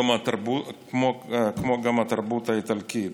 כמו גם התרבות האיטלקית.